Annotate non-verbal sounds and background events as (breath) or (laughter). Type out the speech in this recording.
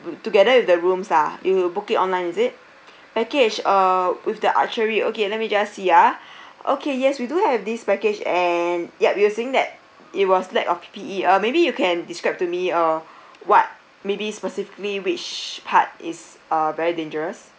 together with the rooms ah you booked it online is it package uh with the archery okay let me just see ah (breath) okay yes we do have this package and yup you were saying that it was lack of P_P_E or maybe you can describe to me uh what maybe specifically which part is uh very dangerous